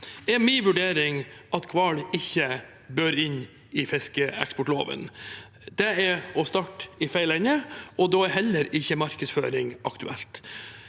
er min vurdering at hval ikke bør inn i fiskeeksportloven. Det er å starte i feil ende, og da er heller ikke markedsføring aktuelt.